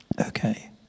Okay